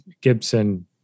Gibson